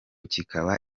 kikaba